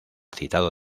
citado